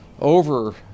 over